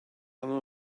anfon